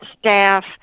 staff